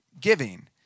giving